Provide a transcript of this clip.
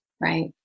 Right